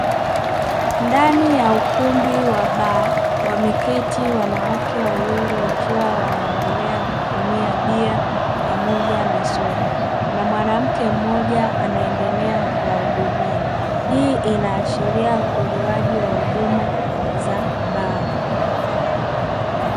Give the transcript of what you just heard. Ndani ya ukumbi wa ba wameketi wanawake wawili wakiwa wanaendelea kutumia bia pamoja na soda, na mwanamke mmoja anaendelea kuwa hii inaashiria utolewaji wa huduma za baa.